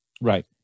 Right